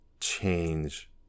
change